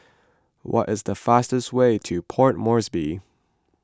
what is the fastest way to Port Moresby